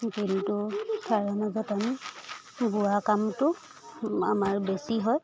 কিন্তু কাৰণ য'ত আমি বোৱা কামটো আমাৰ বেছি হয়